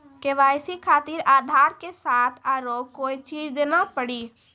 KYC खातिर आधार के साथ औरों कोई चीज देना पड़ी?